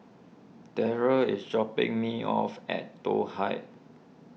Darryl is dropping me off at Toh Heights